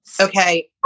Okay